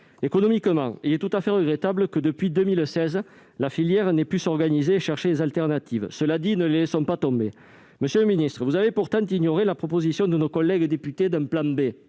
Économiquement ensuite, il est tout à fait regrettable que, depuis 2016, la filière n'ait pas pu s'organiser et chercher des alternatives. Cela dit, ne la laissons pas tomber ! Monsieur le ministre, vous avez pourtant ignoré la proposition de nos collègues députés d'un plan B,